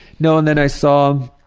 no and then i saw,